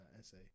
essay